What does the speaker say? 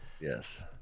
yes